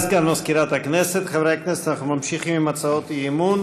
תודה לסגן מזכירת הכנסת אנחנו ממשיכים עם הצעות האי-אמון.